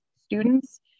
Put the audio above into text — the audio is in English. students